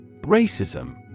Racism